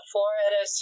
Florida